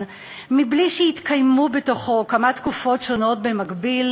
בלי שיתקיימו בתוכו כמה תקופות שונות במקביל,